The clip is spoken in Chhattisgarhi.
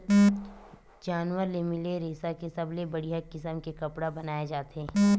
जानवर ले मिले रेसा के सबले बड़िया किसम के कपड़ा बनाए जाथे